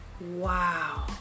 Wow